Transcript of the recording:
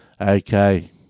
okay